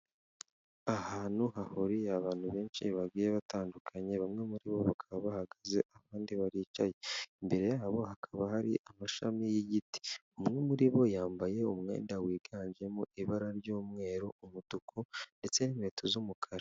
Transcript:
Ahantu hahuriye abantu benshi bagiye batandukanye, bamwe muri bo bakaba bahagaze abandi baricaye, imbere yabo hakaba hari amashami y'igiti, umwe muri bo yambaye umwenda wiganjemo ibara ry'umweru, umutuku ndetse n'inkweto z'umukara.